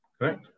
correct